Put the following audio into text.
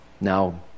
Now